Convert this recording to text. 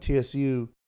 TSU